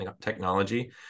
technology